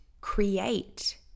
create